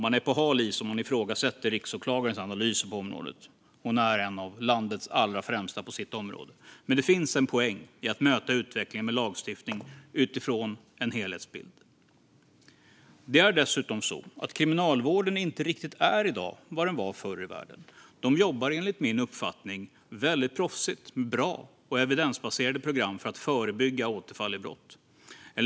Man är på hal is om man ifrågasätter riksåklagarens analyser på området; hon är en av landets allra främsta på sitt område. Men det finns en poäng i att möta utvecklingen med lagstiftning utifrån en helhetsbild. Dessutom är kriminalvården i dag inte riktigt vad den var förr i världen. De jobbar enligt min uppfattning väldigt proffsigt med bra och evidensbaserade program för att förebygga återfall i brott.